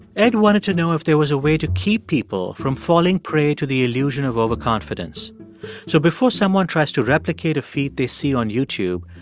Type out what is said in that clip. ed wanted to know if there was a way to keep people from falling prey to the illusion of overconfidence so before someone tries to replicate a feat they see on youtube,